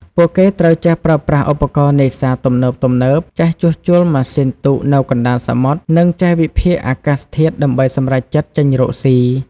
ពួកគេត្រូវចេះប្រើប្រាស់ឧបករណ៍នេសាទទំនើបៗ ចេះជួសជុលម៉ាស៊ីនទូកនៅកណ្ដាលសមុទ្រ និងចេះវិភាគអាកាសធាតុដើម្បីសម្រេចចិត្តចេញរកស៊ី។